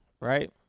right